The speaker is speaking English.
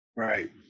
Right